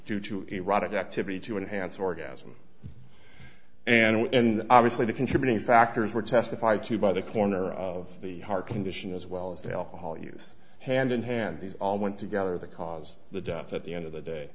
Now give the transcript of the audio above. due to erratic activity to enhance orgasm and obviously the contributing factors were testified to by the corner of the heart condition as well as the alcohol use hand in hand these all went together that caused the death at the end of the day